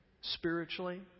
spiritually